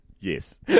Yes